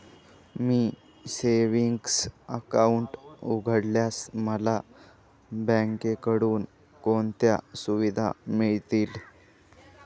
मी savings account उघडल्यास मला बँकेकडून कोणत्या सुविधा मिळतील?